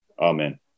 Amen